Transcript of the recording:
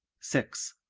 six.